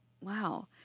wow